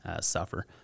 suffer